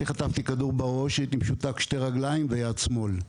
אני חטפתי כדור בראש הייתי משותק שתי רגליים ויד שמאל.